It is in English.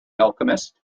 alchemist